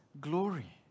glory